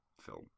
film